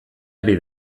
ari